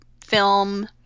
film